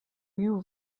you